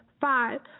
Five